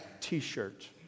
t-shirt